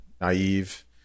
naive